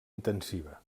intensiva